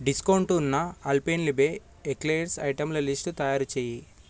discount ఉన్న Alpenliebe eclairs ఐటెంల list తయారు చేయి